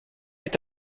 est